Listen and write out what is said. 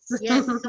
Yes